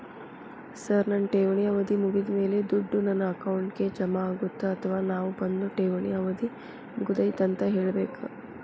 Sir ನನ್ನ ಠೇವಣಿ ಅವಧಿ ಮುಗಿದಮೇಲೆ, ದುಡ್ಡು ನನ್ನ ಅಕೌಂಟ್ಗೆ ಜಮಾ ಆಗುತ್ತ ಅಥವಾ ನಾವ್ ಬಂದು ಠೇವಣಿ ಅವಧಿ ಮುಗದೈತಿ ಅಂತ ಹೇಳಬೇಕ?